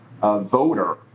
voter